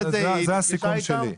זה הסיכום שלי.